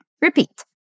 Repeat